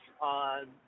on